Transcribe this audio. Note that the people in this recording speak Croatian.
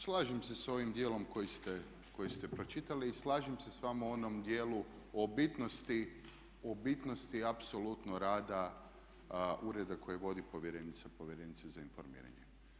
Slažem se sa ovim dijelom koji ste pročitali i slažem se s vama u onom dijelu o bitnosti apsolutno rada ureda kojeg vodi povjerenica, povjerenica za informiranje.